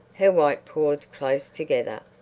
her white paws close together,